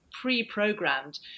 pre-programmed